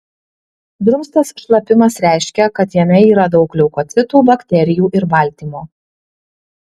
drumstas šlapimas reiškia kad jame yra daug leukocitų bakterijų ir baltymo